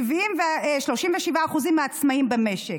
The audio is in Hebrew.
37% מהעצמאים במשק.